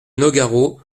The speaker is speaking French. nogaro